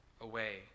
away